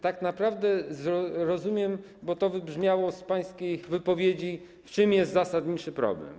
Tak naprawdę rozumiem, bo to wybrzmiało z pańskiej wypowiedzi, w czym jest zasadniczy problem.